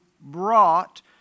brought